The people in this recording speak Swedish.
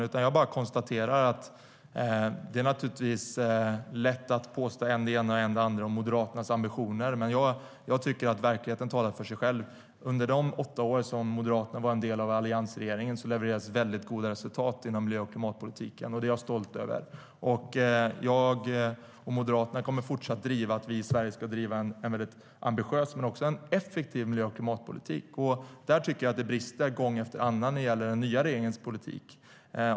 I stället bara konstaterar jag att det naturligtvis är lätt att påstå än det ena, än det andra om Moderaternas ambitioner men att jag tycker att verkligheten talar för sig själv. Under de åtta år Moderaterna var en del av alliansregeringen levererades väldigt goda resultat inom miljö och klimatpolitiken, och det är jag stolt över. Jag och Moderaterna kommer att fortsätta driva att vi i Sverige ska ha en ambitiös och effektiv miljö och klimatpolitik. Där tycker jag att det gång efter annan brister när det gäller den nya regeringens politik.